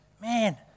man